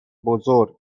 بزرگ